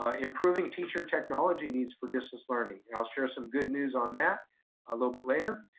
ah improving teacher technology needs for distance learning. and i'll share some good news on that a little bit later.